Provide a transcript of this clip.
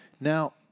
Now